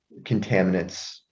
contaminants